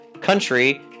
country